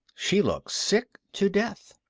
she looked sick to death.